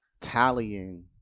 tallying